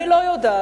אני לא יודעת